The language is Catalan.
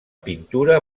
pintura